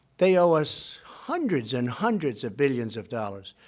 they owe us hundreds and hundreds of billions of dollars.